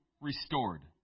restored